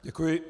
Děkuji.